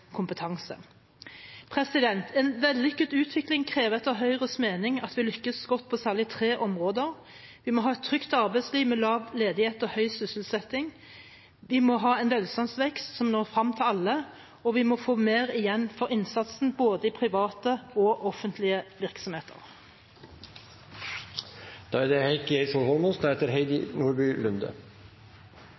En vellykket utvikling krever etter Høyes mening at vi lykkes godt på særlig tre områder: Vi må ha et trygt arbeidsliv med lav ledighet og høy sysselsetting. Vi må ha en velstandsvekst som når frem til alle. Vi må få mer igjen for innsatsen, både i private og i offentlige virksomheter. Det er